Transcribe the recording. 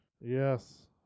Yes